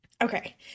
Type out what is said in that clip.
Okay